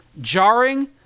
jarring